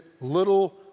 little